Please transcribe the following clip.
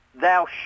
Thou